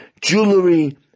jewelry